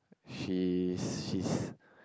she is she's